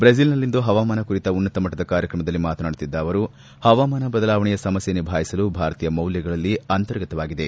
ಬ್ರೆಸೆಲ್ ನಲ್ಲಿಂದು ಹವಾಮಾನ ಕುರಿತ ಉನ್ನತ ಮಟ್ಲದ ಕಾರ್ಯಕ್ರಮದಲ್ಲಿ ಮಾತನಾಡುತ್ತಿದ್ದ ಅವರು ಹವಾಮಾನ ಬದಲಾವಣೆಯ ಸಮಸ್ನೆ ನಿಭಾಯಿಸಲು ಭಾರತೀಯ ಮೌಲ್ಲಗಳಲ್ಲಿ ಅಂತರ್ಗತವಾಗಿದೆ